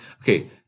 Okay